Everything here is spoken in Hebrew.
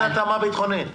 מה זה התאמה ביטחונית?